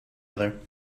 other